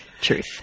Truth